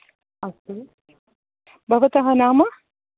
अस्तु भवतः नाम